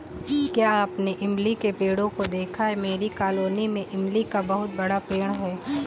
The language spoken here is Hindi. क्या आपने इमली के पेड़ों को देखा है मेरी कॉलोनी में इमली का बहुत बड़ा पेड़ है